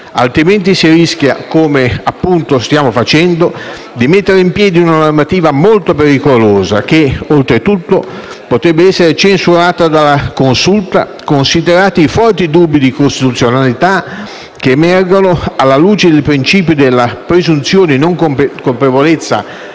Altrimenti si rischia, come appunto stiamo facendo, di mettere in piedi una normativa molto pericolosa, che oltretutto potrebbe essere censurata dalla Consulta, considerati i forti dubbi di costituzionalità che emergono alla luce del principio della presunzione di non colpevolezza